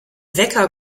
wecker